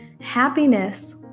happiness